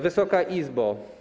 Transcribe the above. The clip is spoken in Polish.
Wysoka Izbo!